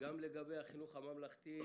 גם לגבי החינוך הממלכתי,